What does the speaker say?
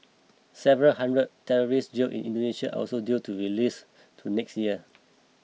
several hundred terrorists jailed in Indonesia also due to be released to next year